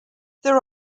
there